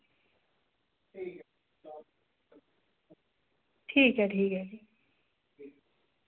ठीक ऐ ठीक ऐ भी